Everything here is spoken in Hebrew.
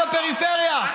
לפריפריה.